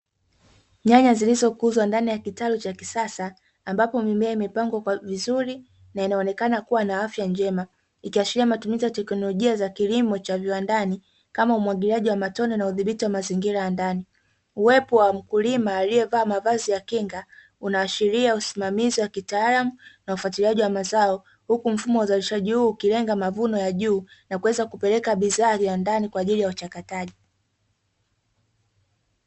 Nyanya zilizokuzwa ndani ya kitalu cha kisasa, ambapo mimea imepangwa kwa vizuri na inaonekana kuwa na afya njema ikiashiria matumizi ya teknolojia za kilimo cha viwandani kama umwagiliaji wa matone na udhibiti wa mazingira ya ndani, uwepo wa mkulima aliyevaa mavazi ya kinga unaashiria usimamizi wa kitaalamu na ufuatiliaji wa mazao huku mfumo wa uzalishaji huu ukilenga mavuno ya juu na kuweza kupeleka bidhaa ya viwandanikwa ajili ya mchakato.